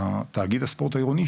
תאגיד הספורט העירוני,